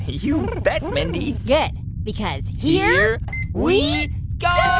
you bet, mindy. good, because. here we go